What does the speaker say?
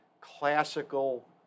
classical